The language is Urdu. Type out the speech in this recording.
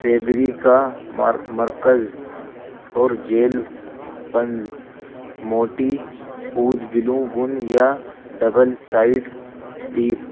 فیبرکا مرکز اور جیل پنز موٹی پوج گلوں گن یا ڈبل سائڈ ٹیپ